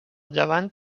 llevant